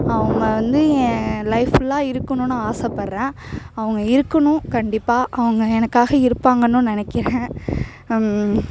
அவங்க வந்து என் லைஃப் ஃபுல்லாக இருக்கணும்னு ஆசைப்பட்றேன் அவங்க இருக்கணும் கண்டிப்பாக அவங்க எனக்காக இருப்பாங்கன்னும் நெனைக்கிறேன்